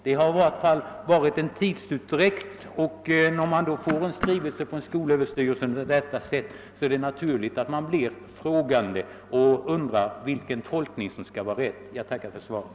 Det har i varje fall förekommit viss tidsutdräkt, och när man då på detta sätt får en skrivelse från skolöverstyrelsen är det naturligt att man undrar vilken tolkning som skall vara den rätta. Jag tackar än en gång för svaret.